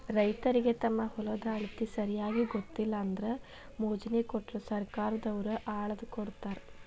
ರೈತರಿಗೆ ತಮ್ಮ ಹೊಲದ ಅಳತಿ ಸರಿಯಾಗಿ ಗೊತ್ತಿಲ್ಲ ಅಂದ್ರ ಮೊಜ್ನಿ ಕೊಟ್ರ ಸರ್ಕಾರದವ್ರ ಅಳ್ದಕೊಡತಾರ